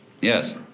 Yes